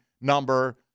number